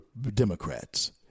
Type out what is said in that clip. Democrats